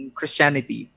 Christianity